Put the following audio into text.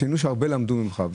ציינו שרבים למדו ממך.